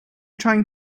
trying